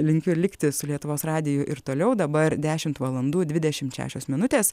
linkiu likti su lietuvos radiju ir toliau dabar dešimt valandų dvidešimt šešios minutės